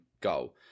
goal